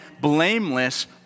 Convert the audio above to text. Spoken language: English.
blameless